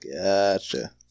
Gotcha